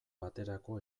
baterako